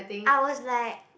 I was like